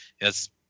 yes